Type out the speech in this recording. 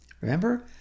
Remember